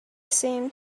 seemed